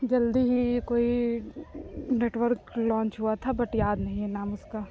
जल्दी ही कोई नेटवर्क लॉन्च हुआ था बट याद नहीं है नाम उसका